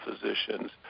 physicians